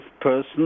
person